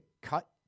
cut